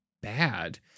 bad